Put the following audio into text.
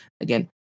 again